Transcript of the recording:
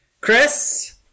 Chris